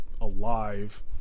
alive